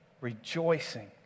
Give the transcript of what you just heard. rejoicing